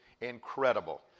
incredible